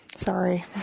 Sorry